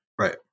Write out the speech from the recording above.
Right